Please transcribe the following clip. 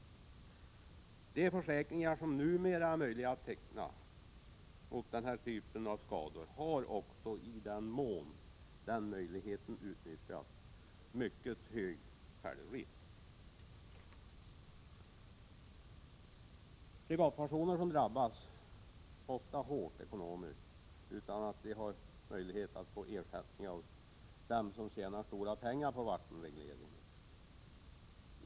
De försäkringar som numera är möjliga att teckna mot den här typen av skador har också, i den mån möjligheten utnyttjas, mycket hög självrisk. Privatpersoner drabbas ofta hårt ekonomiskt utan att de har möjlighet att få ersättning från dem som tjänar stora pengar på vattenregleringen.